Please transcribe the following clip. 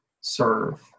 serve